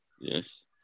yes